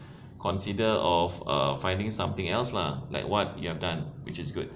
consider of uh finding something else lah like what you have done which is good